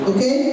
Okay